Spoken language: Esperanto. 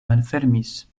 malfermis